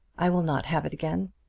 i will not have it again.